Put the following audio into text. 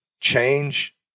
change